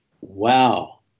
wow